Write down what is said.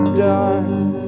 dark